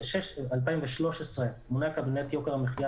באוגוסט 2013 מינה קבינט יוקר המחיה